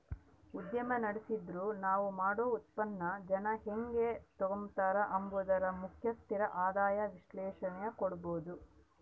ಉದ್ಯಮ ನಡುಸ್ತಿದ್ರ ನಾವ್ ಮಾಡೋ ಉತ್ಪನ್ನಾನ ಜನ ಹೆಂಗ್ ತಾಂಬತಾರ ಅಂಬಾದರ ಮ್ಯಾಗ ಸ್ಥಿರ ಆದಾಯ ವಿಶ್ಲೇಷಣೆ ಕೊಡ್ಬೋದು